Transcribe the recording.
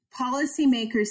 policymakers